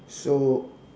so